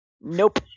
Nope